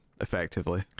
effectively